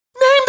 Name